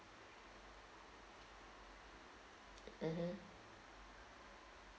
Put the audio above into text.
mmhmm